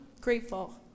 grateful